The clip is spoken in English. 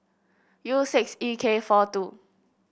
U six E K four two